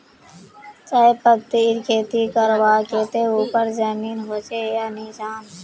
चाय पत्तीर खेती करवार केते ऊपर जमीन होचे या निचान?